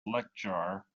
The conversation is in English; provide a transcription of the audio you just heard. lekrjahre